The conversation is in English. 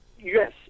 yes